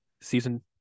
season